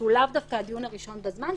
שהוא לאו דווקא הדיון הראשון בזמן,